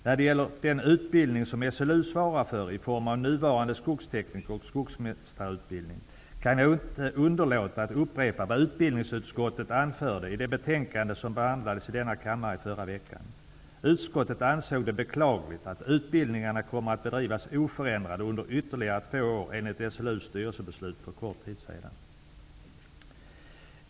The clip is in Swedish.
När det gäller den utbildning som SLU svarar för i form av nuvarande skogsteknikeroch skogsmästarutbildning kan jag inte underlåta att upprepa vad utbildningsutskottet anförde i det betänkande som behandlades i denna kammare i förra veckan. Utskottet ansåg det beklagligt att utbildningarna kommer att bedrivas oförändrade under ytterligare två år enligt SLU:s styrelsebeslut för kort tid sedan.